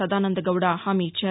సదానందగౌడ హామీ ఇచ్చారు